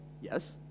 Yes